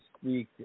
speak